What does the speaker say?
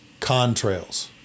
contrails